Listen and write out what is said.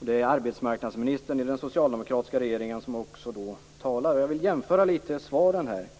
och det är arbetsmarknadsministern i den socialdemokratiska regeringen som talar. Jag vill jämföra arbetsmarknadsministerns svar i dag med det som den socialdemokratiska arbetsmarknadsministern sade då.